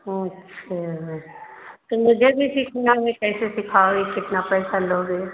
अच्छा तो मुझे भी सीखना है कैसे सीखाबे कितना पैसा लोगे